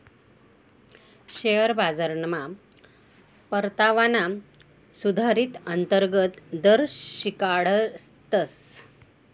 share बाजारमा परतावाना सुधारीत अंतर्गत दर शिकाडतस